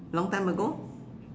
long time ago